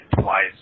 twice